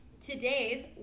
today's